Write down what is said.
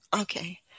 Okay